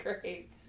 great